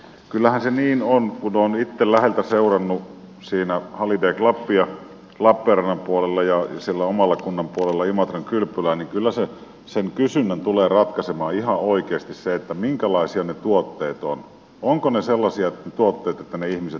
kyllähän se niin on kun olen itse läheltä seurannut holiday clubia lappeenrannan puolella ja siellä oman kunnan puolella imatran kylpylää että kyllä sen kysynnän tulee ratkaisemaan ihan oikeasti se minkälaisia ne tuotteet ovat ovatko ne sellaisia tuotteita että ne ihmiset tulevat ne hakemaan